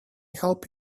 help